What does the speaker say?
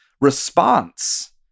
response